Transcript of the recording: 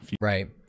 Right